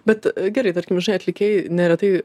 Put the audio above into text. bet gerai tarkim žinai atlikėjai neretai